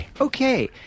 Okay